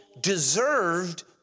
Deserved